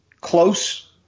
close